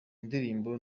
ndirimbo